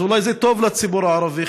אז אולי זה טוב לציבור הערבי.